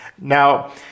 Now